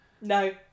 No